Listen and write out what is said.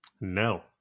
No